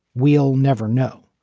we'll never know.